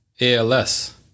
ALS